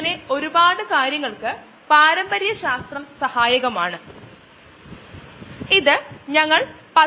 നമുക്ക് നോക്കാൻ കഴിയുന്ന രണ്ട് പുസ്തകങ്ങളെക്കുറിച്ച് ഞാൻ പരാമർശിച്ചു പക്ഷേ വളരെ അയഞ്ഞ രീതിയിൽ ഈ ഓർഗനൈസേഷൻ വളരെ വ്യത്യസ്തമാണ്